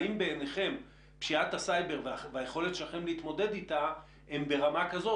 האם בעיניכם פשיטת הסייבר היא ברמה כזו